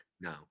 No